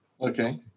Okay